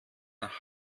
nach